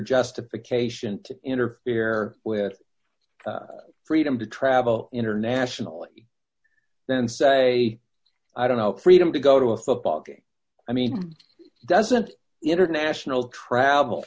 justification to interfere with freedom to travel internationally and say i don't know freedom to go to a football game i mean doesn't international travel